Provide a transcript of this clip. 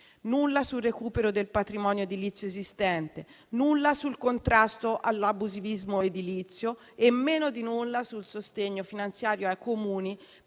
nulla sul recupero del patrimonio edilizio esistente; nulla sul contrasto all'abusivismo edilizio e meno di nulla sul sostegno finanziario ai Comuni